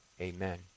Amen